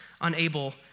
Unable